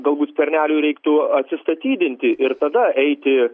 galbūt skverneliui reiktų atsistatydinti ir tada eiti